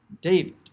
David